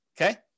okay